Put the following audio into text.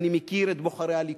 אני מכיר את בוחרי הליכוד,